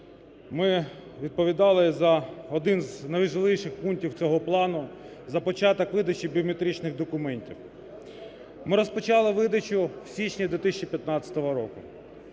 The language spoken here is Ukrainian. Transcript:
Ми відповідали за один з найважливіших пунктів цього плану – за початок видачі біометричних документів, ми розпочали видачу в січні 2015 року.